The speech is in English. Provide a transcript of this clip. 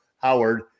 Howard